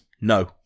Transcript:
no